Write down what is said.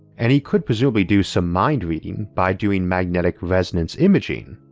and he could presumably do some mind reading by doing magnetic resonance imaging.